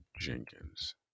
Jenkins